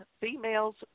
Females